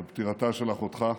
על פטירתה של אחותך.